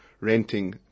renting